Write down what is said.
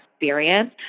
experience